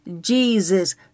Jesus